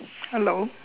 hello